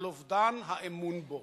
על אובדן האמון בו.